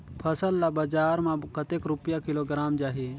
फसल ला बजार मां कतेक रुपिया किलोग्राम जाही?